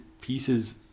pieces